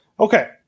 okay